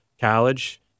college